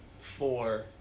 four